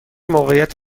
موقعیت